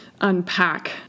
unpack